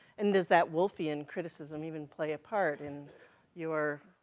and does that woolfian criticism even play a part in your,